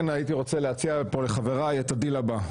הייתי רוצה להציע לחבריי את הדיל הבא.